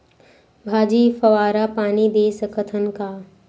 भाजी फवारा पानी दे सकथन का?